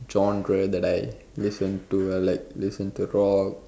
genre that I listen to I like listen to rock